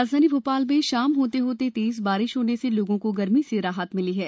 राजधानी भोपाल में शाम होते होते तेज बारिश से लोगों को गर्मी से राहत मिली है